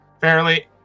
fairly